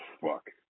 fuck